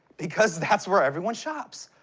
because that's where everyone shops.